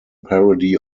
parody